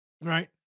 Right